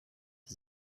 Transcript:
his